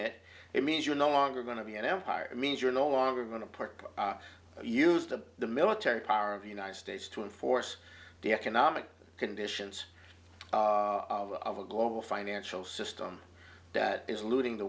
it it means you're no longer going to be an empire that means you're no longer going to park used to the military power of the united states to enforce the economic conditions of a global financial system that is looting the